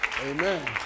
Amen